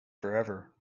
forever